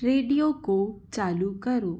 radio को चालू करो